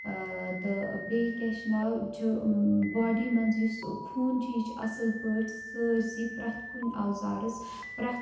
تہٕ بیٚیہِ کیاہ چھِ ناو چھُ باڈی منٛز یُس خوٗن چھُ یہِ چھُ اصل پیٹھ سٲرسٕے پرٛیتھ کُنہِ عوضارَس پرٛیتھ